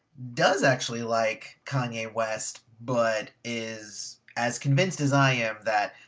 does actually like kanye west but is as convinced as i am that.